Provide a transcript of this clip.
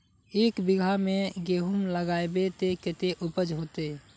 एक बिगहा में गेहूम लगाइबे ते कते उपज होते?